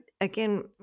again